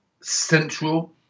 central